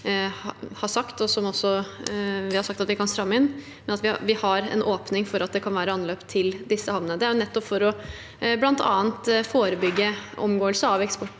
hele grunnen til at vi har sagt at vi kan stramme inn, men vi har en åpning for at det kan være anløp til disse havnene. Det er nettopp for – blant annet – å forebygge omgåelse av